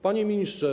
Panie Ministrze!